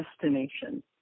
destination